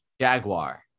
Jaguar